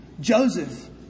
Joseph